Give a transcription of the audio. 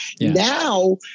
Now